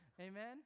Amen